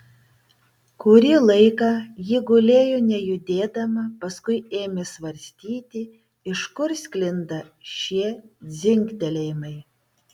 kurį laiką ji gulėjo nejudėdama paskui ėmė svarstyti iš kur sklinda šie dzingtelėjimai